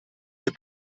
the